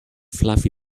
fluffy